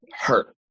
hurt